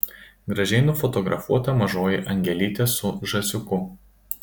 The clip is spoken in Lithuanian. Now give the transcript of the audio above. gražiai nufotografuota mažoji angelytė su žąsiuku